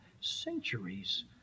centuries